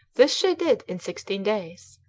this she did in sixteen days.